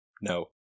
No